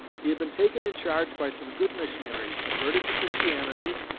he had been taken in charge by some good missionaries, converted to christianity,